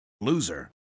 Loser